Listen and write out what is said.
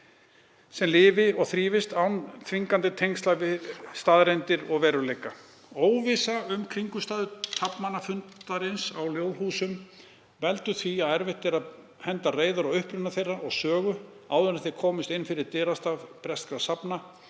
sem lifi og þrífist án þvingandi tengsla við staðreyndir og veruleika. Óvissan um kringumstæður taflmannafundarins á Ljóðhúsum veldur því að erfitt er að henda reiður á uppruna þeirra og sögu áður en þeir komust inn fyrir dyrastaf breskra safna